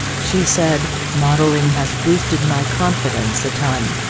she said modelling has boosted my confidence a ton.